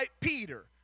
Peter